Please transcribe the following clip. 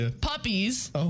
Puppies